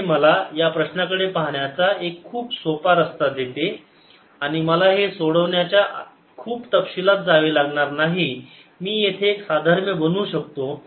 तर हे मला या प्रश्नाकडे पाहण्याचा एक खूप सोपा रस्ता देते आणि मला हे सोडवण्याच्या खूप तपशिलात जावे लागणार नाही मी येथे एक साधर्म्य बनवू शकतो